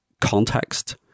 context